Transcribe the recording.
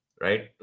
right